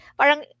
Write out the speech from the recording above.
parang